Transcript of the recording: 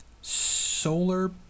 Solar